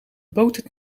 botert